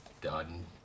done